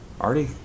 Artie